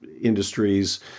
industries